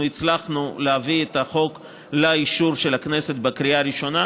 אנחנו הצלחנו להביא את החוק לאישור של הכנסת בקריאה ראשונה.